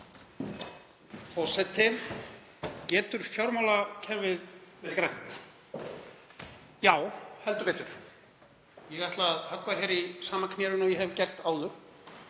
Forseti. Getur fjármálakerfið verið grænt? Já, heldur betur. Ég ætla að höggva í sama knérunn og ég hef gert áður